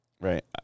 Right